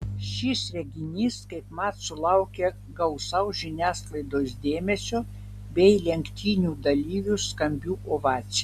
šis reginys kaipmat sulaukė gausaus žiniasklaidos dėmesio bei lenktynių dalyvių skambių ovacijų